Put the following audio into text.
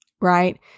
right